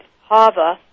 HAVA